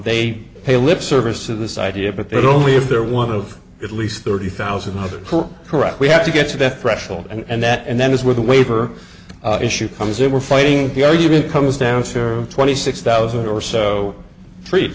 they pay lip service to this idea but that only if they're one of at least thirty thousand others correct we have to get to that threshold and that and that is where the waiver issue comes in we're fighting the argument comes down to twenty six thousand or so tree